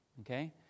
okay